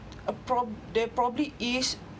uh prob~ they probably is